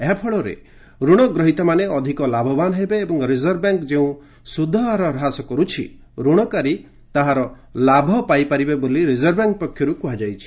ଏହା ଫଳରେ ଋଣ ଗ୍ରହୀତାମାନେ ଅଧିକ ଲାଭବାନ ହେବେ ଏବଂ ରିଜର୍ଭ ବ୍ୟାଙ୍କ ଯେଉଁ ସୁଧହାର ହ୍ରାସ କରୁଛି ଋଣକାରୀ ତାହାର ଲାଭ ପାଇପାରିବେ ବୋଲି ରିଜର୍ଭବ୍ୟାଙ୍କ ପକ୍ଷରୁ କୁହାଯାଇଛି